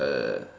uh